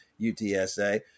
UTSA